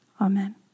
Amen